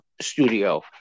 studio